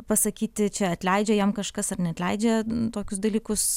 pasakyti čia atleidžia jam kažkas ar neatleidžia tokius dalykus